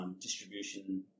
distribution